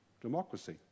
democracy